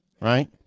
right